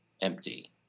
empty